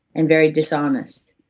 and very dishonest,